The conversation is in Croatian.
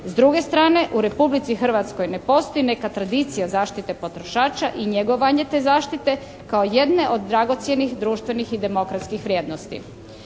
S druge strane u Republici Hrvatskoj ne postoji neka tradicija zaštite potrošače i njegovanje te zaštite kao jedne od dragocjenih, društvenih i demokratskih vrijednosti.